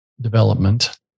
development